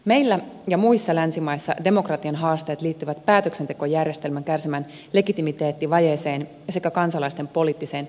meillä ja muissa länsimaissa demokratian haasteet liittyvät päätöksentekojärjestelmän kärsimään legitimiteettivajeeseen sekä kansalaisten poliittiseen passivoitumiseen